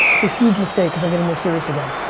it's a huge mistake cause i'm getting more serious again.